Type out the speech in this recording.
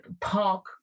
park